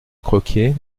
croquié